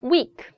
Week